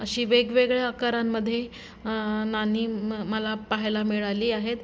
अशी वेगवेगळ्या आकारांमध्ये नाणी म् मला पाहायला मिळाली आहेत